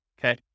okay